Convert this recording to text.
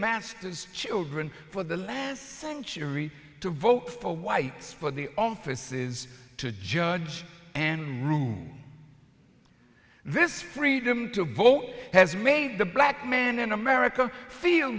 masters children for the last century to vote for whites for the offices to judge and rule this freedom to vote has made the black man in america feel